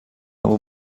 اما